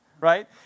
right